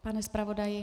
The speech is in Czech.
Pane zpravodaji?